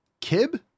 Kib